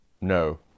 No